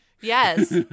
yes